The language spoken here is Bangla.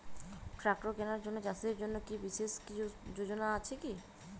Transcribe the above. ট্রাক্টর কেনার জন্য চাষীদের জন্য কী কিছু বিশেষ যোজনা আছে কি?